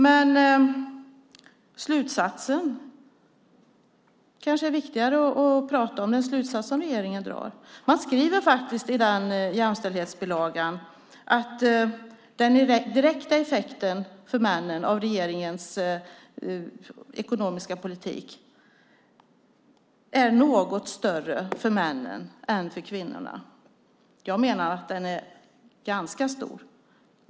Men det är kanske viktigare att prata om den slutsats som regeringen drar. Man skriver faktiskt i jämställdhetsbilagan att den direkta positiva effekten av regeringens ekonomiska politik är något större för männen än för kvinnorna. Jag menar att den är ganska stor.